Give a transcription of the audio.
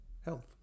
health